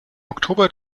oktober